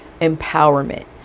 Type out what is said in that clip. empowerment